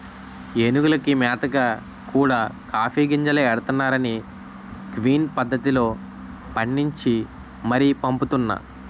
ఏనుగులకి మేతగా కూడా కాఫీ గింజలే ఎడతన్నారనీ క్విన్ పద్దతిలో పండించి మరీ పంపుతున్నా